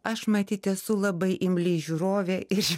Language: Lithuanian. aš matyt esu labai imli žiūrovė ir